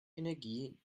energie